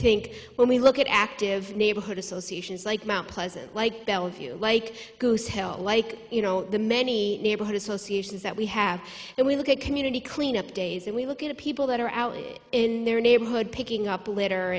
think when we look at active neighborhood associations like mount pleasant like bellevue like goose hill like you know the many neighborhood associations that we have and we look at community clean up days and we look at the people that are out in their neighborhood picking up litter